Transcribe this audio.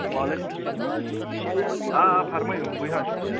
وعلیکُم اسَلام آ آ فَرمٲیِو بٕے حظ چھُس